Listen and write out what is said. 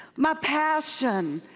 my passion,